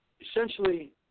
Essentially